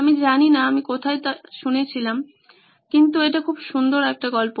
আমি জানিনা আমি কোথায় তো শুনেছিলাম কিন্তু এটা খুব সুন্দর একটা গল্প